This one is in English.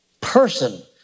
person